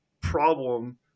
problem